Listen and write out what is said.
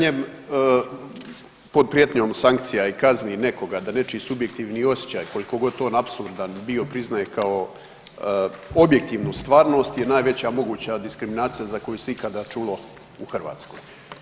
pod prijetnjom sankcija i kazni nekoga da nečiji subjektivni osjećaj koliko god on apsurdan bio priznaje kao objektivnu stvarnost je najveća moguća diskriminacija za koju se ikada čulo u Hrvatskoj.